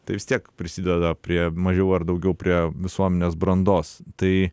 tai vis tiek prisideda prie mažiau ar daugiau prie visuomenės brandos tai